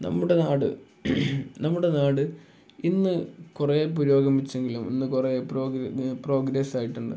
നമ്മുടെ നാട് നമ്മുടെ നാട് ഇന്ന് കുറേ പുരോഗമിച്ചെങ്കിലും ഇന്ന് കുറേ പ്രോഗ്രസ്സായിട്ടുണ്ട്